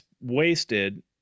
wasted